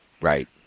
Right